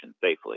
safely